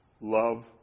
Love